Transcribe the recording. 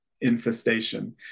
infestation